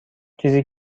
چیزی